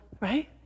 right